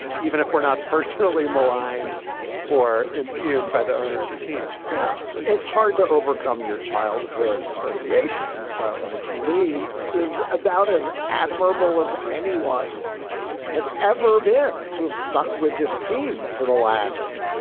even if we're not personally maligned or impugned by the owner of the team yeah, it's hard to overcome your childhood associations though, and lee is about as admirable as anyone has ever been. to have stuck with this team for the last